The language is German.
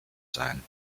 sein